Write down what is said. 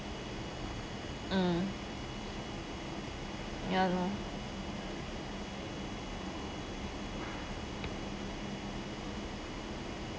mm ya lor